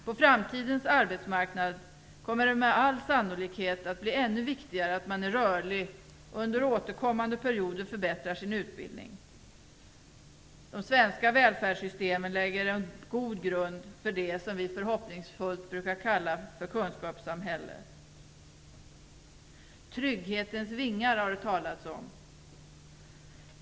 På framtidens arbetsmarknad kommer det med all sannolikhet att bli ännu viktigare att man är rörlig och under återkommande perioder förbättrar sin utbildning. De svenska välfärdssystemen lägger en god grund för det som vi förhoppningsfullt brukar kalla för kunskapssamhället. Trygghetens vingar har det talats om.